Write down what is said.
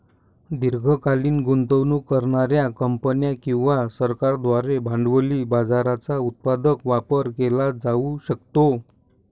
दीर्घकालीन गुंतवणूक करणार्या कंपन्या किंवा सरकारांद्वारे भांडवली बाजाराचा उत्पादक वापर केला जाऊ शकतो